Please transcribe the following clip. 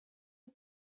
est